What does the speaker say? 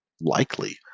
likely